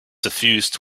suffused